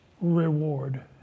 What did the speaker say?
reward